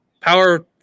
Power